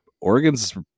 Oregon's